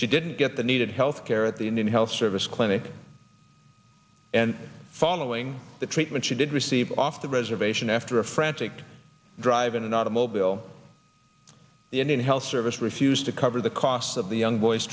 she didn't get the needed healthcare at the indian health service clinic and following the treatment she did receive off the reservation after a frantic drive in an automobile the indian health service refused to cover the costs of the young